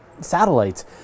satellites